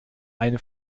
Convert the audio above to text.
eine